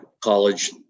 college